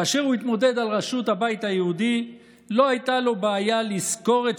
כאשר הוא התמודד על ראשות הבית היהודי לא הייתה לו בעיה לשכור את